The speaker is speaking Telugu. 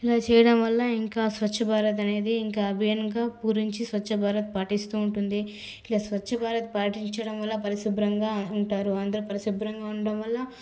ఇలా చేయడం వల్ల ఇంకా స్వచ్ఛ భారత్ అనేది ఇంకా అభ్యనంగా పూరించి స్వచ్ఛ భారత్ పాటిస్తు ఉంటుంది ఇలా స్వచ్ఛ భారత్ పాటించడం వల్ల పరిశుభ్రంగా ఉంటారు అందరు పరిశుభ్రంగా ఉండడం వల్ల